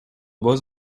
beaux